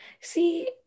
See